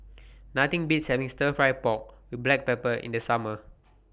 Nothing Beats having Stir Fry Pork with Black Pepper in The Summer